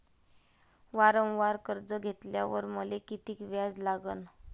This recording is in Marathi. वावरावर कर्ज घेतल्यावर मले कितीक व्याज लागन?